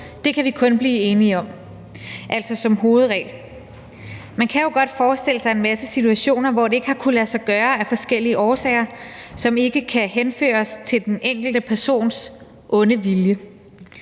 kan vi kun blive enige om – altså som hovedregel, man kan jo godt forestille sig en masse situationer, hvor det ikke har kunnet lade sig gøre af forskellige årsager, som ikke kan henføres til den enkelte persons onde vilje.